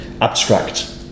abstract